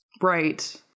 Right